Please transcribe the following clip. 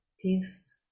Peace